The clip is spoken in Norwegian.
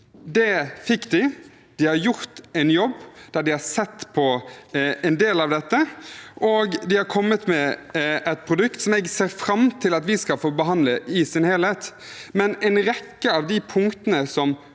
Det fikk de. De har gjort en jobb der de har sett på en del av dette, og de har kommet med et produkt som jeg ser fram til at vi skal få behandle i sin helhet. En rekke av de punktene som